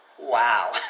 Wow